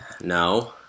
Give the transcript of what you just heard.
no